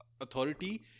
authority